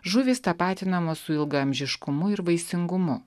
žuvys tapatinamos su ilgaamžiškumu ir vaisingumu